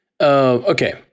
Okay